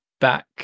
back